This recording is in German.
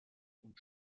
und